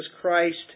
Christ